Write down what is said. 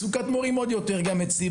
מצוקת המורים היא אף גדולה יותר.